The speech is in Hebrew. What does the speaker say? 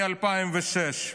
מ-2006.